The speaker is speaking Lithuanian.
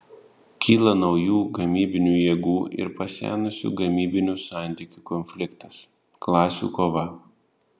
kyla naujų gamybinių jėgų ir pasenusių gamybinių santykių konfliktas klasių kova